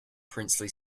princely